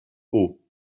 haut